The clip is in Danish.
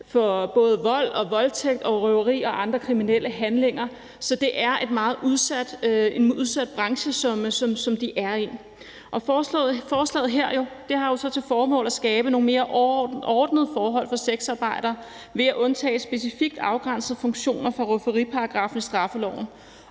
for både vold, voldtægt, røveri og andre kriminelle handlinger. Så det er en meget udsat branche, som de er i. Forslaget her har jo så til formål at skabe nogle mere ordnede forhold for sexarbejdere ved at undtage specifikt afgrænsede funktioner fra rufferiparagraffen i straffeloven,